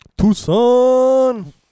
Tucson